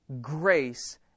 grace